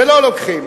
ולא לוקחים.